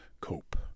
cope